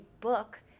book